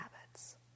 habits